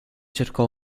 cercò